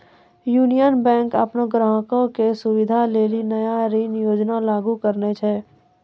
union bank अपनो ग्राहको के सुविधा लेली नया ऋण योजना लागू करने छै